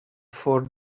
four